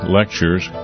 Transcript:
lectures